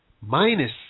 minus